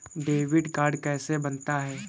Debit card कैसे बनता है?